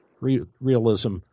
realism